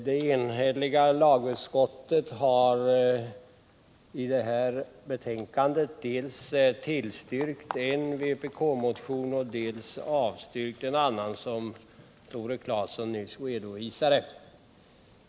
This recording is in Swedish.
Herr talman! Ett enigt lagutskott har i detta betänkande dels tillstyrkt en vpk-motion, dels avstyrkt en annan vpk-motion, vilket Tore Claeson nyss redovisade.